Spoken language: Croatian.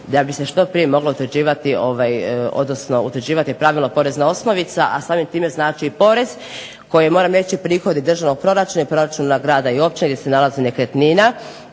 da bi se što prije moglo utvrđivati pravilo porezna osnovica, a samim time znači i porez koji je moram reći prihod i državnog proračuna i proračuna grada i općina gdje se nalazi nekretnina.